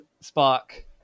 spark